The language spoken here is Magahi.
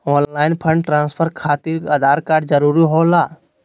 ऑनलाइन फंड ट्रांसफर खातिर आधार कार्ड जरूरी होला?